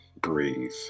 breathe